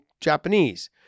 Japanese